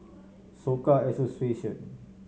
Soka Association